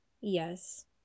Yes